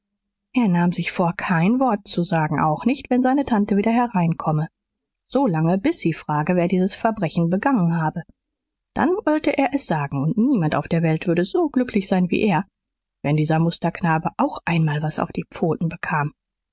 er nahm sich vor kein wort zu sagen auch nicht wenn seine tante wieder hereinkomme solange bis sie frage wer dieses verbrechen begangen habe dann wollte er es sagen und niemand auf der welt würde so glücklich sein wie er wenn dieser musterknabe auch einmal was auf die pfoten bekam